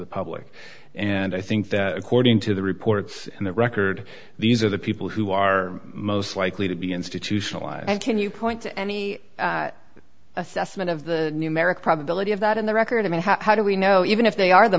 the public and i think that according to the reports and the record these are the people who are most likely to be institutionalized and can you point to any assessment of the numeric probability of that in the record i mean how do we know even if they are the